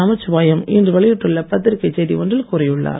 நமச்சிவாயம் இன்று வெளியிட்டுள்ள பத்திரிக்கை செய்தி ஒன்றில் கூறியுள்ளார்